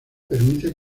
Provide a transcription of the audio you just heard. permite